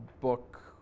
book